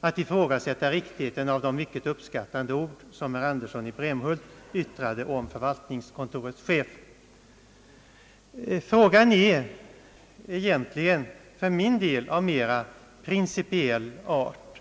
att ifrågasätta riktigheten av de mycket uppskattande ord som herr Andersson i Brämhult yttrade om förvaltningskontorets chef. Frågan är egentligen för min del av mera principiell art.